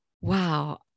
Wow